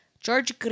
George